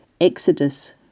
Exodus